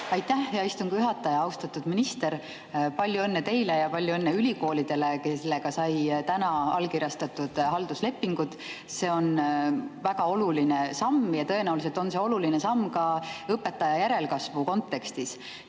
Aitäh, hea istungi juhataja! Austatud minister! Palju õnne teile ja palju õnne ülikoolidele, kellega said täna allkirjastatud halduslepingud! See on väga oluline samm ja tõenäoliselt on see oluline samm ka õpetaja järelkasvu kontekstis.